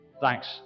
Thanks